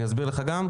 להסביר גם לך?